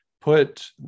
put